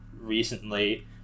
recently